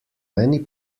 many